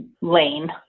lane